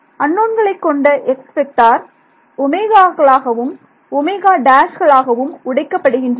அன்னோன்களை கொண்ட x vector களாகவும் களாகவும் உடைக்கப்படுகின்றன